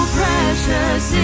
precious